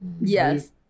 Yes